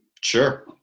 Sure